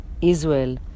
Israel